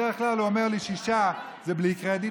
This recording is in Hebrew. בדרך כלל הוא אומר לי: שישה זה בלי קרדיט,